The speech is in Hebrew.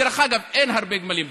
דרך אגב, אין הרבה גמלים בנגב.